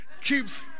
Keeps